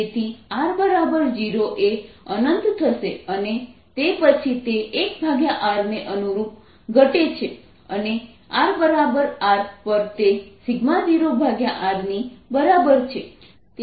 તેથી r0 એ અનંત થશે અને તે પછી તે 1R ને અનુરૂપ ઘટે છે અને rR પર તે 0R ની બરાબર છે